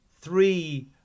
three